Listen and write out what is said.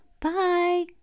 Bye